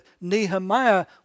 Nehemiah